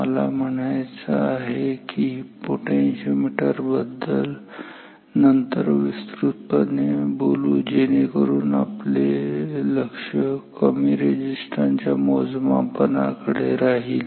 मला म्हणायचं आहे की आपण पोटेन्शिओमीटर बद्दल विस्तृतपणे नंतर बोलू जेणेकरून आपले लक्ष कमी रेझिस्टन्स च्या मोजमापन कडे राहील